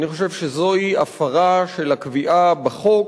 אני חושב שזוהי הפרה של הקביעה בחוק,